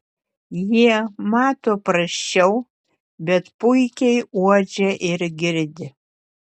jie mato prasčiau bet puikiai uodžia ir girdi